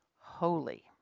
holy